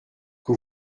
que